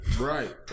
right